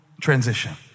transition